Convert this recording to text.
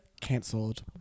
canceled